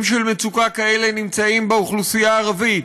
איים של מצוקה כאלה נמצאים באוכלוסייה הערבית,